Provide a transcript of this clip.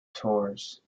tours